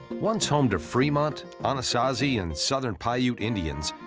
once home to fremont, anasazi and southern paiute indians,